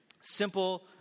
Simple